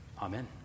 Amen